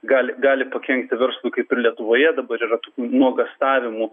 gali gali pakenkti verslui kaip ir lietuvoje dabar yra tokių nuogąstavimų